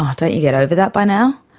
um don't you get over that by now?